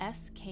SK